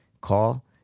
Call